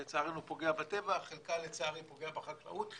לצערנו, פוגע בטבע וחלקה פוגע, לצערנו, בחקלאות.